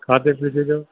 खाधे पीते जो